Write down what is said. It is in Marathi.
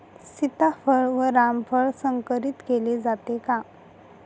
सीताफळ व रामफळ संकरित केले जाते का?